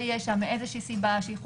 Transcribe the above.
מאיזושהי סיבה של